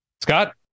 Scott